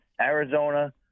Arizona